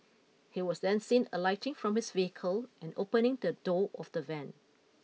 he was then see alighting from his vehicle and opening the door of the van